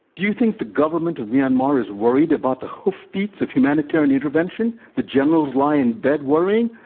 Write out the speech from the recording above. you think the government of myanmar is worried about the hoofbeats of humanitarian intervention, the generals lie in bed worrying?